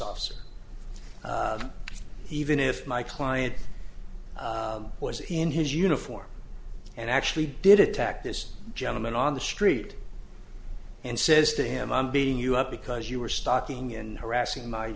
officers even if my client was he in his uniform and actually did attack this gentleman on the street and says to him i'm beating you up because you are starting and harassing my